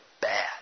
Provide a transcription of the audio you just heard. bad